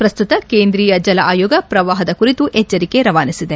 ಪ್ರಸ್ತುತ ಕೇಂದ್ರೀಯ ಜಲ ಆಯೋಗ ಪ್ರವಾಹದ ಕುರಿತು ಎಚ್ಚರಿಕೆ ರವಾನಿಸಿದೆ